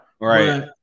right